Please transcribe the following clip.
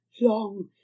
long